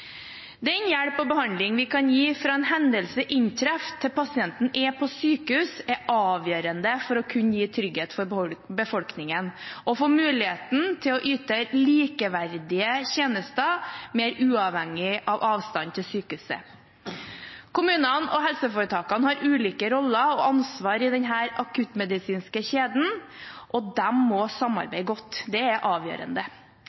Den hjelp og behandling vi kan gi fra en hendelse inntreffer til pasienten er på sykehus, er avgjørende for å kunne gi trygghet for befolkningen og for å få muligheten til å yte likeverdige tjenester mer uavhengig av avstand til sykehuset. Kommunene og helseforetakene har ulike roller og ansvar i denne akuttmedisinske kjeden, og de må